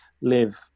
live